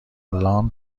الان